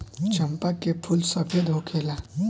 चंपा के फूल सफेद होखेला